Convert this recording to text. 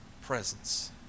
presence